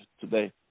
today